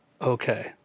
okay